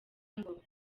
ngo